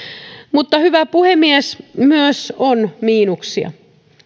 mutta hyvä puhemies on myös miinuksia